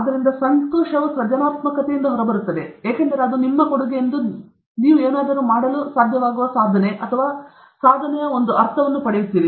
ಆದ್ದರಿಂದ ಸಂತೋಷವು ಸೃಜನಾತ್ಮಕತೆಯಿಂದ ಹೊರಬರುತ್ತದೆ ಏಕೆಂದರೆ ಅದು ನಿಮ್ಮ ಕೊಡುಗೆ ಎಂದು ನೀವು ಏನಾದರೂ ಮಾಡಲು ಸಾಧ್ಯವಾಗುವ ಸಾಧನೆ ಅಥವಾ ಸಾಧನೆಯ ಒಂದು ಅರ್ಥವನ್ನು ನೀಡುತ್ತದೆ